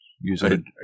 Using